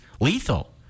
lethal